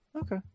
Okay